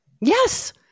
Yes